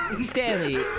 Stanley